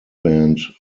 band